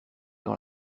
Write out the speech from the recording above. dans